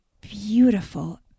beautiful